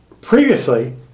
previously